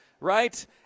Right